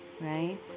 right